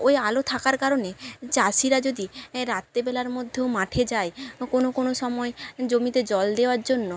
ওই আলো থাকার কারণে চাষিরা যদি রাত্রেবেলার মধ্যেও মাঠে যায় কোনো কোনো সময় জমিতে জল দেওয়ার জন্য